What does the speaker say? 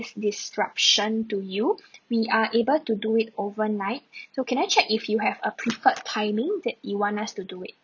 disruption to you we are able to do it overnight so can I check if you have a preferred timing that you want us to do it